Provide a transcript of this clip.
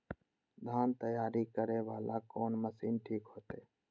धान तैयारी करे वाला कोन मशीन ठीक होते?